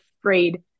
afraid